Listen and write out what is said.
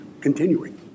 continuing